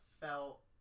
felt